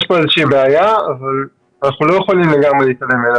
יש פה איזושהי בעיה אבל אנחנו לא יכולים להתעלם ממנה.